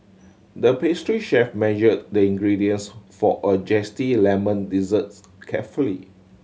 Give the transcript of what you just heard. the pastry chef measured the ingredients for a zesty lemon desserts carefully